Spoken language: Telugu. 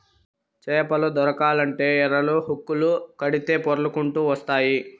చేపలు దొరకాలంటే ఎరలు, హుక్కులు కడితే పొర్లకంటూ వస్తాయి